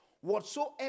whatsoever